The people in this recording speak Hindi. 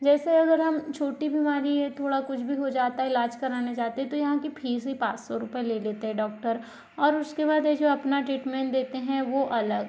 जैसे अगर हम छोटी बीमारी है थोड़ा कुछ भी हो जाता है इलाज कराने जाते हैं तो यहाँ की फीस ही पाँच सौ रुपये ले लेते हैं डॉक्टर और उसके बाद ये जो अपना ट्रीटमेंट देते हैं वो अलग